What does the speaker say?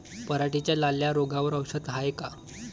पराटीच्या लाल्या रोगावर औषध हाये का?